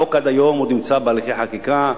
החוק עד היום נמצא בהליכי חקיקה,